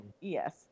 Yes